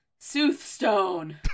soothstone